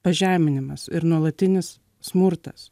pažeminimas ir nuolatinis smurtas